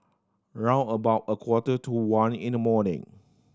round about a quarter to one in the morning